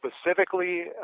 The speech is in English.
specifically